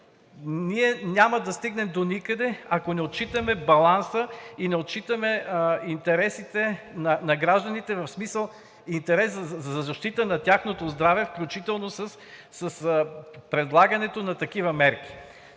Ние няма да стигнем доникъде, ако не отчитаме баланса и не отчитаме интересите на гражданите, в смисъл интерес за защита на тяхното здраве, включително с предлагането на такива мерки.